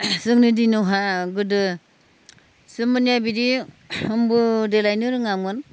जोंनि दिनावहा गोदो जोंनिया बिदि जोंबो देलायनो रोङामोन